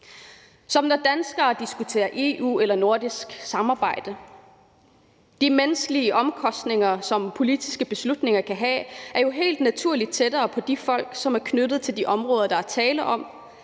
som når danskere diskuterer EU eller nordisk samarbejde. De menneskelige omkostninger, som politiske beslutninger kan have, er jo helt naturligt tættere på de folk, som er knyttet til de områder, der er tale om.